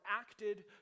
acted